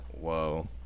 whoa